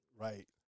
Right